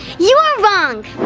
you are wrong.